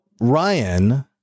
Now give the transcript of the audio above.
Ryan